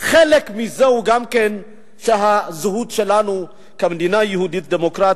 חלק מזה הוא גם הזהות שלנו כמדינה יהודית-דמוקרטית.